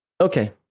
okay